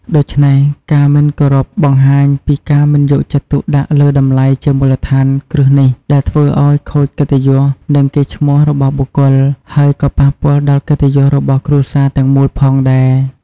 ដូច្នេះ ការមិនគោរពបង្ហាញពីការមិនយកចិត្តទុកដាក់លើតម្លៃជាមូលដ្ឋានគ្រឹះនេះ ដែលធ្វើឲ្យខូចកិត្តិយស និងកេរ្តិ៍ឈ្មោះរបស់បុគ្គល ហើយក៏ប៉ះពាល់ដល់កិត្តិយសរបស់គ្រួសារទាំងមូលផងដែរ។